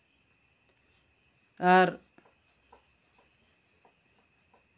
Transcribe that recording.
ᱟᱨ